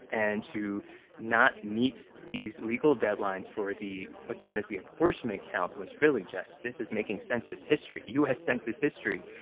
and to not meet these legal deadlines for the what's known as the apportionment count was really just this is making census history, u s. census history.